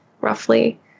roughly